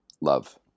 Love